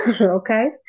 okay